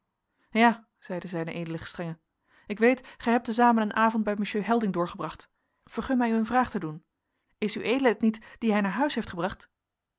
ja zeide z ed gestr ik weet gij hebt te zamen een avond bij monsieur helding doorgebracht vergun mij u eene vraag te doen is ued het niet dien hij naar huis heeft gebracht